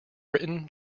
britain